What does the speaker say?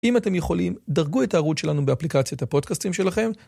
אם אתם יכולים, דרגו את הערוץ שלנו באפליקציית הפודקסטים שלכם.